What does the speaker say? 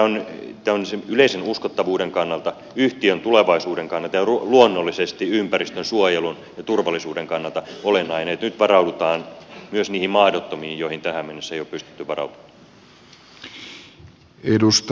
eli tämä on yleisen uskottavuuden kannalta yhtiön tulevaisuuden kannalta ja luonnollisesti ympäristönsuojelun ja turvallisuuden kannalta olennaista että nyt varaudutaan myös niihin mahdottomiin joihin tähän mennessä ei ole pystytty varautumaan